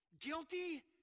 Guilty